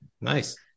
Nice